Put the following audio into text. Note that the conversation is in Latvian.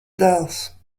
dēls